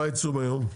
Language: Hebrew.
מה העיצום היום?